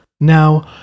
Now